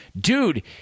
Dude